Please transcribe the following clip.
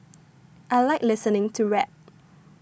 I like listening to rap